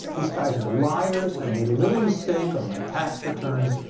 these guys are liars. i made a little mistake on my tax returns.